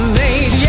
made